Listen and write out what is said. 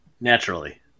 Naturally